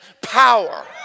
power